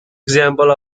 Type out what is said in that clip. example